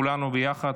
כולנו ביחד,